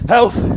Health